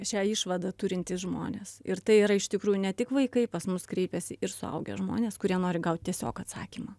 šią išvadą turintys žmonės ir tai yra iš tikrųjų ne tik vaikai pas mus kreipiasi ir suaugę žmonės kurie nori gaut tiesiog atsakymą